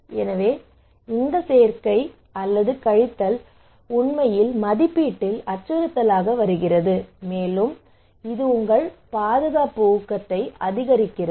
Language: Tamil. எனவே இந்த சேர்க்கை அல்லது கழித்தல் உண்மையில் மதிப்பீட்டில் அச்சுறுத்தலாக வருகிறது மேலும் இது உங்கள் பாதுகாப்பு ஊக்கத்தை அதிகரிக்கிறது